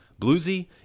bluesy